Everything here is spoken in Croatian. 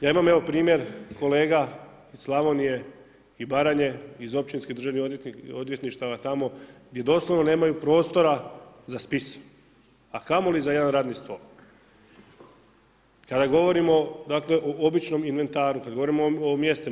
Ja imam evo primjer kolega iz Slavonije i Baranje iz općinskih državnih odvjetništva tamo gdje doslovno nemaju prostora za spis, a kamoli za jedan radni stol, kada govorimo o običnom inventaru, kada govorimo o mjestima.